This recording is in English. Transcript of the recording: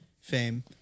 fame